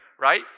right